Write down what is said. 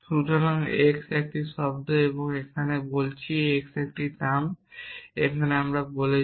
সুতরাং x একটি শব্দ এখানে আমরা বলছি x একটি টার্ম এখানে আমরা বলছি